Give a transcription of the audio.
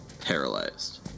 paralyzed